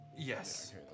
Yes